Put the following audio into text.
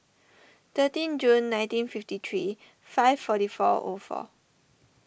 thirteen June nineteen fifty three five forty four O four